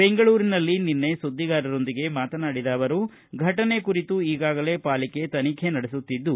ಬೆಂಗಳೂರಿನಲ್ಲಿ ನಿನ್ನೆ ಸುದ್ದಿಗಾರರೊಂದಿಗೆ ಮಾತನಾಡಿದ ಅವರು ಫಟನೆ ಕುರಿತು ಈಗಾಗಲೇ ಪಾಲಿಕೆ ತನಿಖೆ ನಡೆಸುತ್ತಿದ್ದು